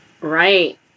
Right